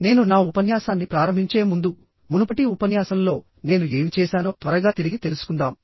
నేను నా ఉపన్యాసాన్ని ప్రారంభించే ముందు మునుపటి ఉపన్యాసంలో నేను ఏమి చేశానో త్వరగా తిరిగి తెలుసుకుందాం